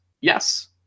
Yes